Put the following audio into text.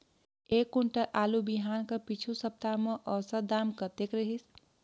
एक कुंटल आलू बिहान कर पिछू सप्ता म औसत दाम कतेक रहिस?